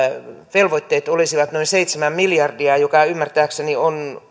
velvoitteet olisivat noin seitsemän miljardia joka ymmärtääkseni on